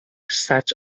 set